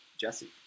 Jesse